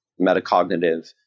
metacognitive